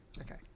Okay